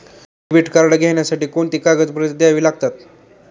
Debit card घेण्यासाठी कोणती कागदपत्रे द्यावी लागतात?